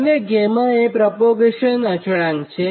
અને 𝛾 પ્રપોગેશન અચળાંક છે